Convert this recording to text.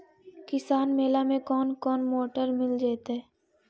किसान मेला में कोन कोन मोटर मिल जैतै?